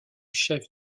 chef